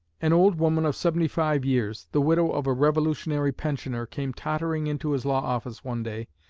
an old woman of seventy-five years, the widow of a revolutionary pensioner, came tottering into his law office one day,